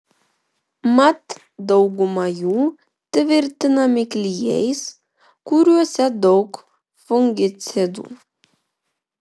mat dauguma jų tvirtinami klijais kuriuose daug fungicidų